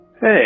Hey